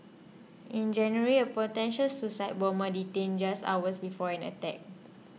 in January a potential suicide bomber the dangerous hours before an attack